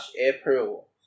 April